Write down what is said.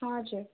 हजुर